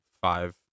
five